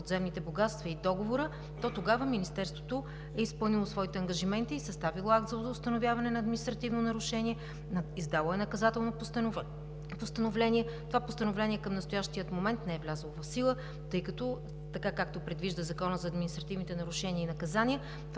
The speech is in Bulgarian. подземните богатства и договора, то тогава Министерството е изпълнило своите ангажименти и е съставило акт за установяване на административно нарушение, издало е наказателно постановление. Това постановление към настоящият момент не е влязло в сила, тъй като така, както предвижда Законът за административните нарушения и наказания,